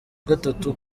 gatatu